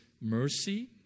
mercy